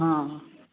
हाँ